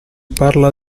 parla